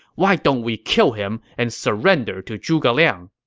why don't we kill him and surrender to zhuge liang?